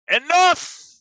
enough